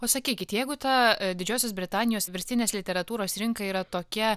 o sakykit jeigu tą didžiosios britanijos verstinės literatūros rinka yra tokia